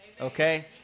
okay